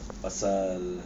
pasal